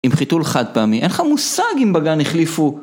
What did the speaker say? עם חיתול חד פעמי, אין לך מושג אם בגן החליפו